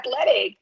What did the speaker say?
athletic